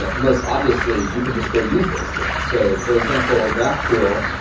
ah most obviously, you can just go use those thing. so for example, graphcool,